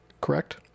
Correct